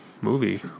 movie